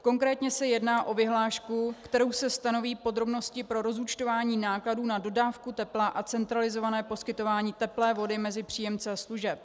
Konkrétně se jedná o vyhlášku, kterou se stanoví podrobnosti pro rozúčtování nákladů na dodávku tepla a centralizované poskytování teplé vody mezi příjemce služeb.